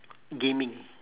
gaming